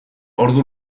ordu